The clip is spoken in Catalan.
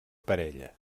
parella